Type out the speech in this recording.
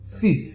Fifth